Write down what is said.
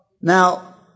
Now